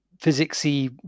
physics-y